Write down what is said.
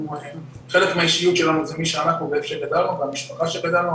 חלק מהאישיות שלנו זה מי שאנחנו ואיפה גדלנו והמשפחה שגדלנו,